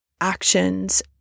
actions